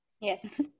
Yes